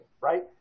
right